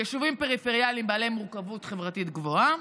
יישובים פריפריאליים בעלי מורכבות חברתית גבוהה,